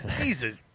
Jesus